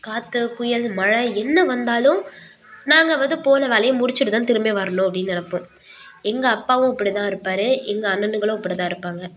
காற்று புயல் மழை என்ன வந்தாலும் நாங்கள் வந்து போன வேலையை முடித்துட்டு தான் திரும்பி வரணும் அப்படின்னு நினப்போம் எங்கள் அப்பாவும் அப்படிதான் இருப்பார் எங்கள் அண்ணணுங்களும் அப்படி தான் இருப்பாங்க